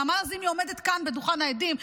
נעמה לזימי עומדת כאן על דוכן העדים,